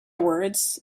words